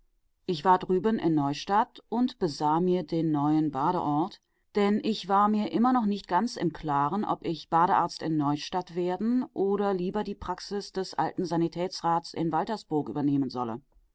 ich war drüben in neustadt und besah mir den neuen badeort denn ich war mir immer noch nicht ganz im klaren ob ich badearzt in neustadt werden oder lieber die praxis des alten sanitätsrats in waltersburg übernehmen solle